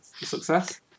success